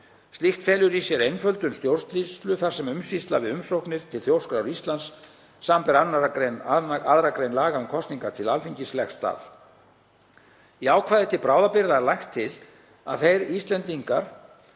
Slíkt felur í sér einföldun stjórnsýslu þar sem umsýsla við umsóknir til Þjóðskrár Íslands, samanber 2. gr. laga um kosningar til Alþingis, leggst af. Í ákvæði til bráðabirgða er lagt til að þeir Íslendingar